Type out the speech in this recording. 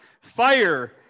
fire